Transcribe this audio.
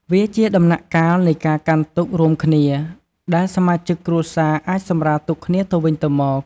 វាជាដំណាក់កាលនៃ ការកាន់ទុក្ខ រួមគ្នា ដែលសមាជិកគ្រួសារអាចសម្រាលទុក្ខគ្នាទៅវិញទៅមក។